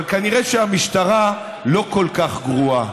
אבל כנראה שהמשטרה לא כל כך גרועה,